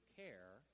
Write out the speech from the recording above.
care